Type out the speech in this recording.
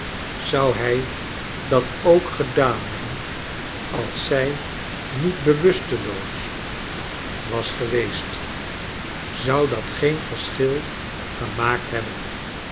zou hij dat ook gedaan teblieii als zij niet bewusteloos was geweest zou dat geen verschil gemaakt hebben